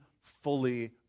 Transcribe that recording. fully